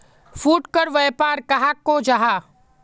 फुटकर व्यापार कहाक को जाहा?